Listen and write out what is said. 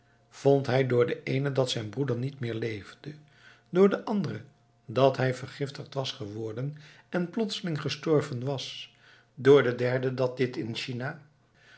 vond hij door de eene dat zijn broeder niet meer leefde door de andere dat hij vergiftigd was geworden en plotseling gestorven was door de derde dat dit in china